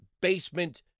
basement